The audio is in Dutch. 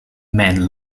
mijn